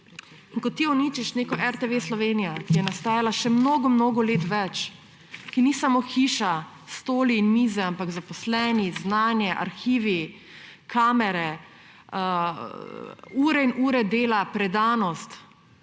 in ko uničiš RTV Slovenija, ki je nastajala še mnogo mnogo več let, ki ni samo hiša, stoli, mize, ampak zaposleni, znanje, arhivi, kamere, ure in ure dela, predanost,